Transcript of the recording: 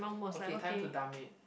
okay time to dump it